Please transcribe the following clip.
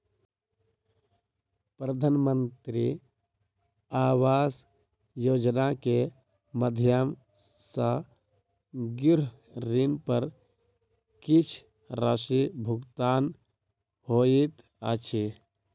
प्रधानमंत्री आवास योजना के माध्यम सॅ गृह ऋण पर किछ राशि भुगतान होइत अछि